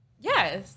Yes